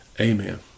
amen